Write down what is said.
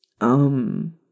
Um